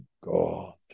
God